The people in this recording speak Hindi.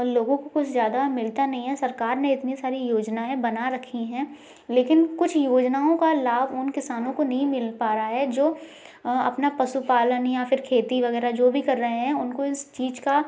लोगों को कुछ ज़्यादा मिलता नहीं है सरकार ने इतनी सारी योजनाएँ बना रखी हैं लेकिन कुछ योजनाओं का लाभ उन किसानों को नहीं मिल पा रहा है जो अपना पशुपालन या फिर खेती वगैरह जो भी कर रहे हैं उनको इस चीज का